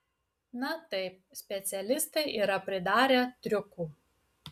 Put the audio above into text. na taip specialistai yra pridarę triukų